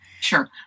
Sure